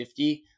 50